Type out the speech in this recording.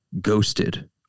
Ghosted